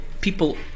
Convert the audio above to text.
people